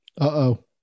Uh-oh